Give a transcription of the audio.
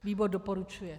Výbor doporučuje.